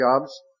jobs